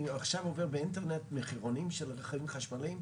אני עכשיו עובר באינטרנט על מחירונים של רכבים חשמליים,